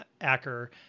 Acker